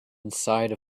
inside